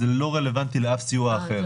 זה לא רלוונטי לאף סיוע אחר.